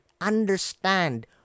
understand